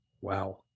Wow